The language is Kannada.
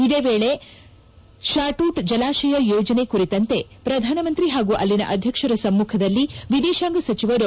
ಇದೇ ವೇಳೆ ಶಾಟೂಟ್ ಜಲಾಶಯ ಯೋಜನೆ ಕುರಿತಂತೆ ಪ್ರಧಾನಮಂತ್ರಿ ಹಾಗೂ ಅಲ್ಲಿನ ಅಧ್ವಕ್ಷರ ಸಮ್ಮಖದಲ್ಲಿ ವಿದೇಶಾಂಗ ಸಚಿವ ಡಾ